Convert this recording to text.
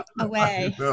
away